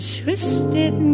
twisted